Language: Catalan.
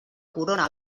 corona